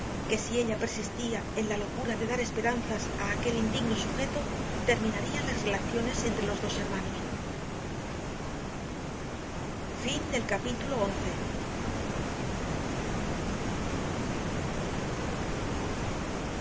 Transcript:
que si ella persistía en la locura de dar esperanzas a aquel indigno sujeto terminarían las relaciones entre los dos hermanos capítulo